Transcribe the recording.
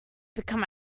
become